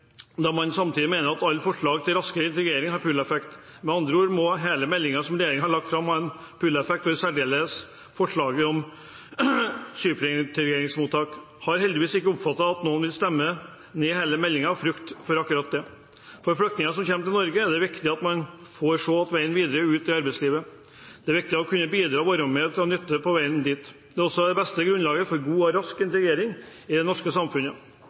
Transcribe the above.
Da må en samtidig mene at alle forslag til raskere integrering har pull-effekt. Med andre ord må hele meldingen regjeringen har lagt fram, ha en pull-effekt, og i særdeleshet forslaget om integreringsmottak. Jeg har heldigvis ikke oppfattet at noen vil stemme ned hele meldingen av frykt for akkurat dette. For flyktninger som kommer til Norge, er det viktig at man får se veien videre ut i arbeidslivet. Det er viktig å kunne bidra og være til nytte på veien dit. Det er også det beste grunnlaget for god og rask integrering i det norske samfunnet.